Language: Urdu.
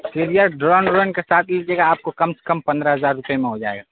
کلیر ڈرون ورون کے ساتھ لیجیے گا آپ کو کم سے کم پندرہ ہزار روپئے میں ہو جائے گا